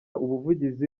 ubuvugizi